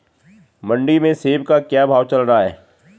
मंडी में सेब का क्या भाव चल रहा है?